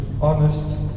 honest